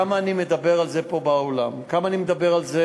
כמה אני מדבר על זה פה באולם, כמה אני מדבר על זה.